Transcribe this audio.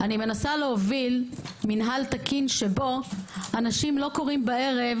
אני מנסה להוביל מינהל תקין שבו אנשים לא קוראים בערב